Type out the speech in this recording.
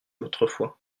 autrefois